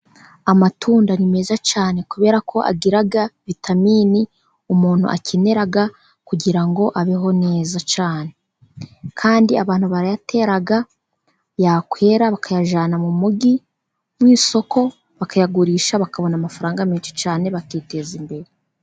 Amatunda ni meza cyane kuberako agira vitamini umuntu akenera kugira ngo abeho neza cyane. Kandi abantu barayatera yakwera bakayajyana mu mujyi mu isoko, bakayagurisha bakabona amafaranga menshi cyane bakiteza imbere.